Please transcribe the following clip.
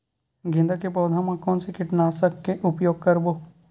गेंदा के पौधा म कोन से कीटनाशक के उपयोग करबो?